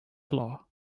floor